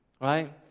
Right